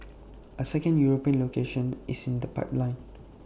A second european location is in the pipeline